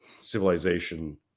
civilization